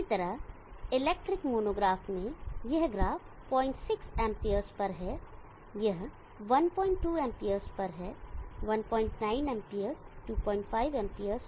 इसी तरह electric monograph में यह ग्राफ 06 Amps पर है यह 12 Amps पर है 19 Amps 25 Amps और 3 Amps पर है